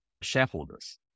shareholders